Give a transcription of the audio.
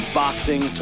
boxing